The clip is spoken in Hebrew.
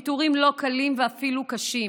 ויתורים לא קלים ואפילו קשים,